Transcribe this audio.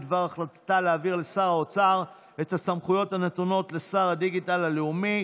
בדבר החלטתה להעביר לשר האוצר את הסמכויות הנתונות לשר הדיגיטל הלאומי,